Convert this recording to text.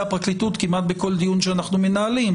הפרקליטות כמעט בכל דיון שאנחנו מנהלים,